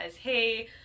hey